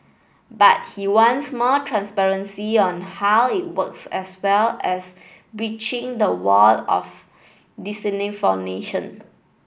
but he wants more transparency on how it works as well as a breaching of the wall of disinformation